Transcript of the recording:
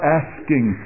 asking